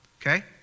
okay